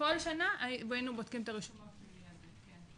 וכל שנה אנחנו באים ובודקים את הרישום הפלילי הזה.